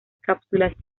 cápsulas